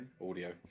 Audio